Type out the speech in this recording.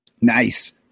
Nice